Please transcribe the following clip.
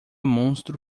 monstro